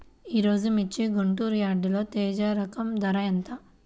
ఈరోజు మిర్చి గుంటూరు యార్డులో తేజ రకం ధర ఎంత?